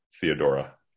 Theodora